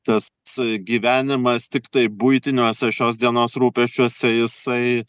tas gyvenimas tiktai buitiniuose šios dienos rūpesčiuose jisai